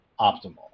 optimal